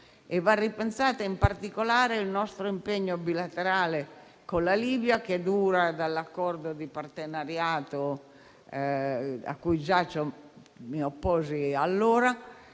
Va ripensato in particolare il nostro impegno bilaterale con la Libia, che dura dall'accordo di partenariato a cui già mi opposi. È vero